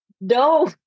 No